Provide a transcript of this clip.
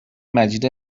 مجید